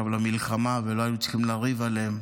למלחמה ולא היינו צריכים לריב עליהם,